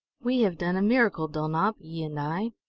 we have done a miracle, dulnop ye and i!